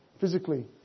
physically